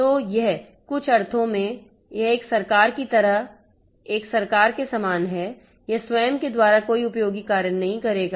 तो यह कुछ अर्थों में यह एक सरकार की तरह एक सरकार के समान है यह स्वयं के द्वारा कोई उपयोगी कार्य नहीं करेगा